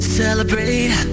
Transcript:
celebrate